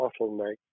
bottleneck